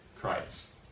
Christ